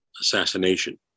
assassination